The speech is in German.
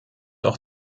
auch